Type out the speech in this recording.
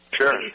Sure